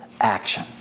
action